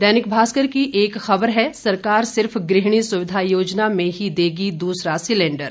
दैनिक भास्कर की एक खबर है सरकार सिर्फ गृहिणी सुविधा योजना में ही देगी दूसरा सिलेंडर